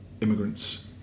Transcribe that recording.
immigrants